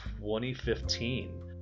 2015